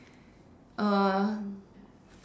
uh